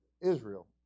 Israel